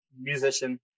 musician